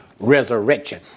Resurrection